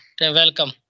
Welcome